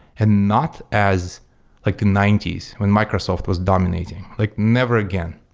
and not as like the ninety s when microsoft was dominating, like never again.